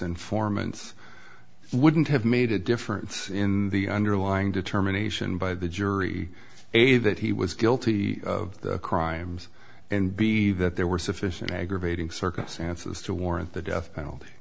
informants wouldn't have made a difference in the underlying determination by the jury that he was guilty of the crimes and b that there were sufficient aggravating circumstances to warrant the death penalty